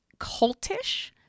Cultish